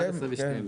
11 -12.